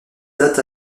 date